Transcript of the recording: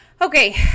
Okay